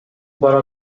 бара